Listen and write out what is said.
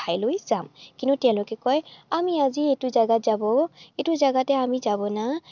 ঠাইলৈ যাম কিন্তু তেওঁলোকে কয় আমি আজি এইটো জেগাত যাব এইটো জেগাতে আমি যাব না